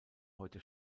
heute